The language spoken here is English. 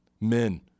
Men